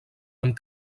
amb